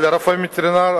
על רופא וטרינר,